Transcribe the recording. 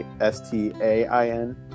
S-T-A-I-N